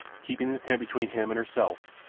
keeping the tent between him and herself,